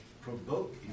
provoke